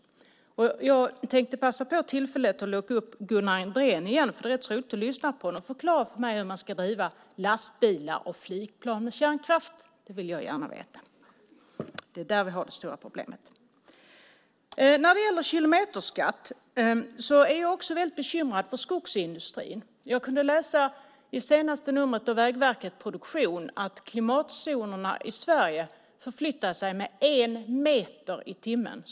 Jag tänkte passa på tillfället och locka upp Gunnar Andrén igen, för det är rätt roligt att lyssna på honom. Förklara för mig hur man ska driva lastbilar och flygplan med kärnkraft! Det vill jag gärna veta, för det är där vi har det stora problemet. När det gäller kilometerskatt är jag också väldigt bekymrad för skogsindustrin. Jag kunde i det senaste numret av Vägverket Produktion läsa att klimatzonerna i Sverige förflyttar sig med en meter i timmen.